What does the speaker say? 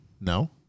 No